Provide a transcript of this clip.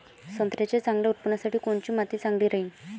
संत्र्याच्या चांगल्या उत्पन्नासाठी कोनची माती चांगली राहिनं?